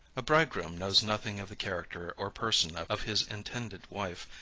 a bridegroom knows nothing of the character or person of his intended wife,